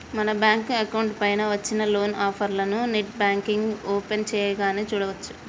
మన bank account పైన వచ్చిన లోన్ ఆఫర్లను నెట్ బ్యాంకింగ్ ఓపెన్ చేయగానే చూడచ్చు